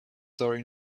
story